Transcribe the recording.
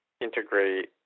integrate